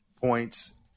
points